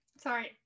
sorry